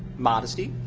modesty,